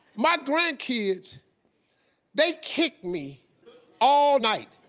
my grandkids they kick me all night.